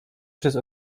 przez